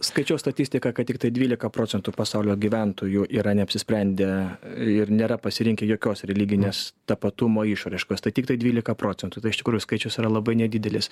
skaičiau statistiką kad tiktai dvylika procentų pasaulio gyventojų yra neapsisprendę ir nėra pasirinkę jokios religinės tapatumo išraiškos tai tiktai dvylika procentų tai iš tikrųjų skaičius yra labai nedidelis